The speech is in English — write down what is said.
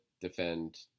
defend